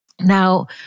Now